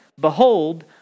Behold